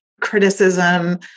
criticism